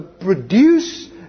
produce